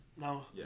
No